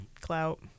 clout